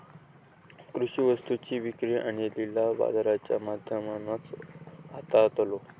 कृषि वस्तुंची विक्री आणि लिलाव बाजाराच्या माध्यमातनाच होतलो